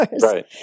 Right